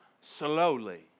slowly